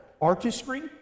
artistry